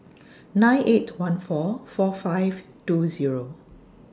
nine eight one four four five two Zero